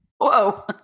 whoa